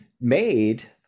made